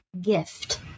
gift